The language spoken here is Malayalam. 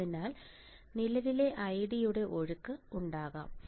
അതിനാൽ നിലവിലെ ID യുടെ ഒഴുക്ക് ഉണ്ടാകാം